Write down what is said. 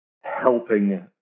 helping